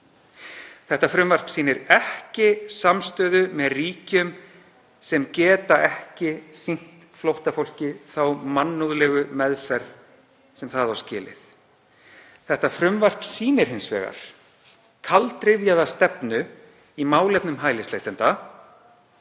Það sýnir ekki samstöðu með ríkjum sem geta ekki veitt flóttafólki þá mannúðlegu meðferð sem það á skilið. Þetta frumvarp sýnir hins vegar kaldrifjaða stefnu í málefnum hælisleitenda